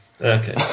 Okay